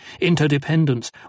interdependence